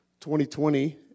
2020